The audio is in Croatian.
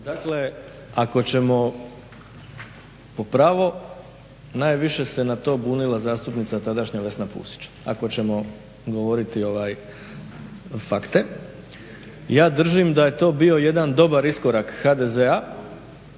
Dakle, ako ćemo po pravo najviše se na to bunila zastupnica, tadašnja Vesna Pusić, ako ćemo govoriti fakte. Ja držim da je to bio jedan dobar iskorak HDZ-a